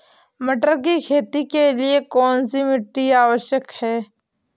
मटर की खेती के लिए कौन सी मिट्टी आवश्यक है?